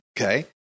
okay